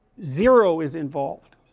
zero is involved